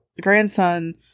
grandson